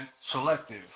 selective